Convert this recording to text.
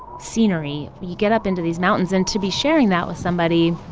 scenery. you get up into these mountains and to be sharing that with somebody,